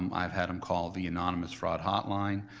um i've had them call the anonymous fraud hotline.